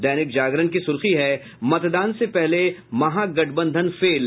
दैनिक जागरण की सुर्खी है मतदान से पहले महागठबंधन फेल